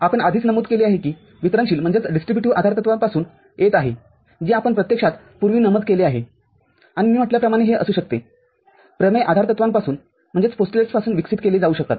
आपण आधीच नमूद केले आहे किवितरणशीलआधारतत्वापासूनयेत आहे जे आपण प्रत्यक्षात पूर्वी नमूद केले आहे आणि मी म्हटल्याप्रमाणे हे असू शकते प्रमेय आधारतत्वापासून विकसित केले जाऊ शकतात